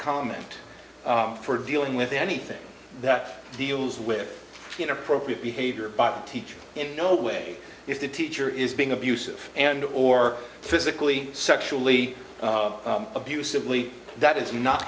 comment for dealing with anything that deals with inappropriate behavior by the teacher in no way if the teacher is being abusive and or physically sexually abusive really that is not